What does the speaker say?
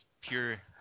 pure